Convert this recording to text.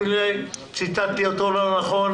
אם ציטטתי אותו לא נכון,